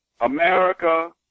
America